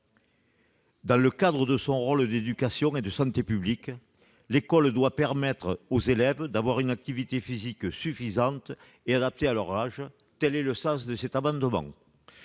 ans. Au titre de son rôle d'éducation et de santé publique, l'école doit permettre aux élèves d'avoir une activité physique suffisante et adaptée à leur âge. L'amendement